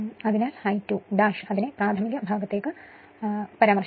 അതിനാൽ I2 അതിനെ പ്രാഥമിക ഭാഗത്തേക്ക് പരാമർശിക്കണം